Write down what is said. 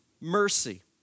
mercy